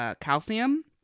calcium